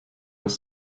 das